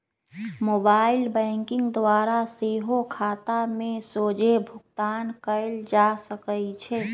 mobile banking द्वारा सेहो खता में सोझे भुगतान कयल जा सकइ छै